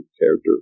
character